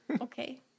Okay